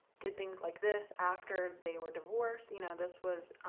did things like this after they were divorced you know this was